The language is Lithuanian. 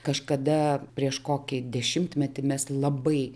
kažkada prieš kokį dešimtmetį mes labai